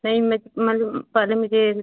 नहीं मैं